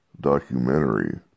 documentary